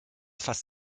fasst